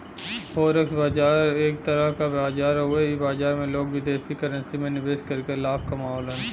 forex बाजार एक तरह क बाजार हउवे इ बाजार में लोग विदेशी करेंसी में निवेश करके लाभ कमावलन